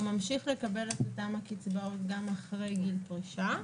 הוא ממשיך לקבל את אותן הקצבאות גם אחרי גיל פרישה.